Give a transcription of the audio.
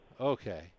Okay